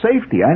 safety